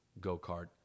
go-kart